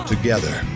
Together